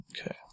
Okay